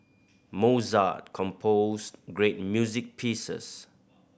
Mozart composed great music pieces